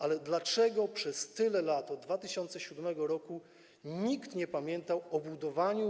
Ale dlaczego przez tyle lat, od 2007 r., nikt nie pamiętał o budowaniu.